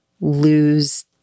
lose